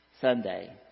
Sunday